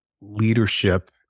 leadership